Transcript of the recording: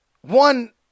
One